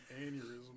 aneurysm